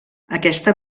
aquesta